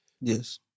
Yes